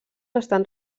estan